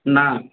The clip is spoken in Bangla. না